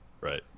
Right